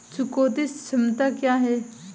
चुकौती क्षमता क्या है?